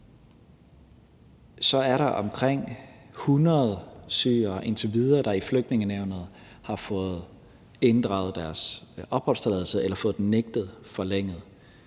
Så er der omkring 100 syrere, indtil videre, der i Flygtningenævnet har fået inddraget deres opholdstilladelse eller fået den nægtet forlænget.